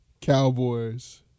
Cowboys